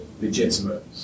legitimate